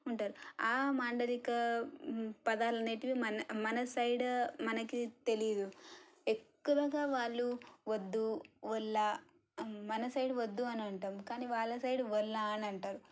ఉంటారు ఆ మాండలిక పదాలు అన్నింటినీ మన మన సైడు మనకి తెలియదు ఎక్కువగా వాళ్ళు వద్దు వల్ల మన సైడు వద్దు అని అంటాం కానీ వాళ్ళ సైడ్ వల్ల అని అంటారు